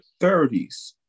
30s